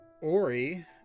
Ori